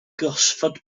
gosford